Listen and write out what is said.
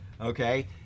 okay